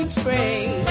train